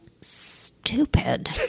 stupid